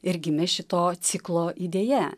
ir gimė šito ciklo idėja